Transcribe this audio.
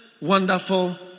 Wonderful